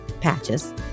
Patches